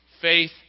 faith